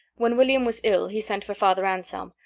when william was ill he sent for father anselm,